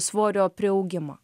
svorio priaugimą